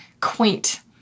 quaint